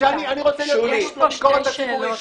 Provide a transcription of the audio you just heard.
-- ואני רוצה להיות בביקורת הציבורית,